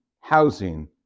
housing